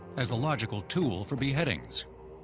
as the logical tool for beheadings.